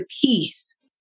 peace